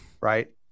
Right